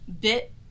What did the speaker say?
bit